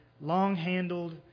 long-handled